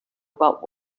about